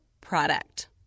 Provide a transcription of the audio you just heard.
product